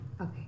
Okay